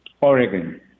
Oregon